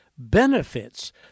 benefits